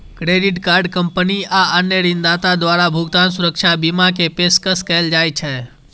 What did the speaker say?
credit card company आ अन्य ऋणदाता द्वारा भुगतान सुरक्षा बीमा के पेशकश कैल जाइ छै